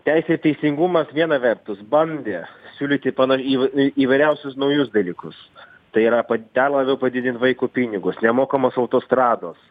teisė ir teisingumas viena vertus bandė siūlyti pana įv į įvairiausius naujus dalykus tai yra pat dar labiau padidint vaiko pinigus nemokamos autostrados